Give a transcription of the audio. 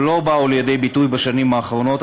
שלא באו לידי ביטוי בשנים האחרונות.